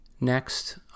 Next